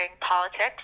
politics